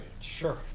Sure